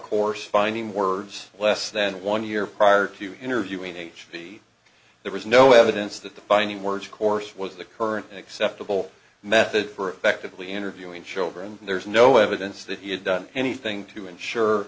course finding words less than one year prior to interviewing h b there was no evidence that the finding words course was the current acceptable method for effectively interviewing children there's no evidence that he had done anything to ensure